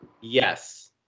Yes